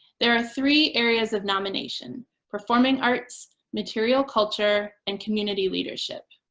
there are three areas of nomination performing arts, material culture, and community leadership.